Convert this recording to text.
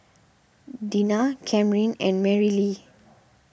Dinah Camryn and Marylee